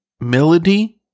melody